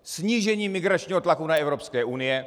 Snížení migračního tlaku na Evropskou unii.